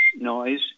noise